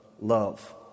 Love